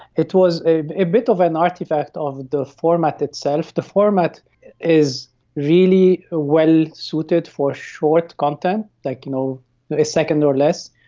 it was a bit of an artefact of the format itself. the format is really well suited for short content, like you know a second or less,